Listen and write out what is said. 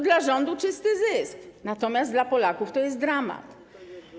Dla rządu to czysty zysk, natomiast dla Polaków to jest dramat.